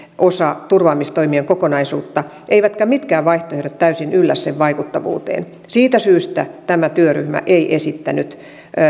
osa turvaamistoimien kokonaisuutta eivätkä mitkään vaihtoehdot täysin yllä sen vaikuttavuuteen siitä syystä tämä työryhmä ei esittänyt